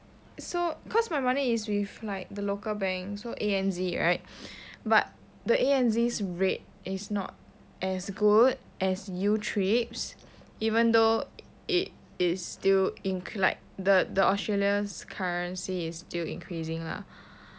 so cause my money is with like the local bank so A_N_Z right but the A_N_Z's rate is not as good as youtrip's even though it is still in like the australia's currency is still increasing lah